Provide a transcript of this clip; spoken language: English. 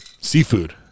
seafood